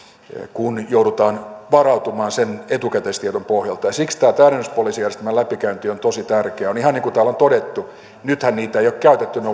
kun joudutaan varautumaan etukäteistiedon pohjalta siksi tämä täydennyspoliisijärjestelmän läpikäynti on tosi tärkeää on ihan niin kuin täällä on todettu nythän niitä ei ole käytetty ne